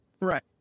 right